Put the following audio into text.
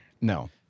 No